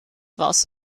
was